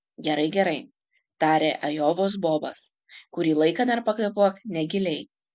gerai gerai tarė ajovos bobas kurį laiką dar pakvėpuok negiliai